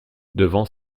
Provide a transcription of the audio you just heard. devant